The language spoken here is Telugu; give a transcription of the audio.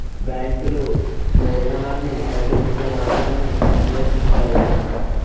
బ్యాంకులు మూలధనాన్ని సేకరించే మార్గాన్ని అన్వేషిస్తాయి